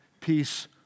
peace